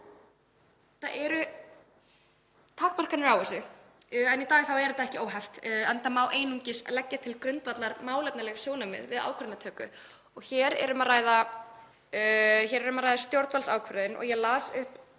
Það eru takmarkanir á þessu. Í dag er þetta ekki óheft, enda má einungis leggja til grundvallar málefnaleg sjónarmið við ákvarðanatöku og hér er um að ræða stjórnvaldsákvörðun. Ég las upp